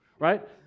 right